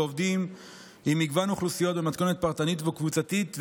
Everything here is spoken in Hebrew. ועובדים עם מגוון אוכלוסיות במתכונת פרטנית וקבוצתית.